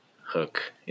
Hook